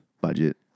budget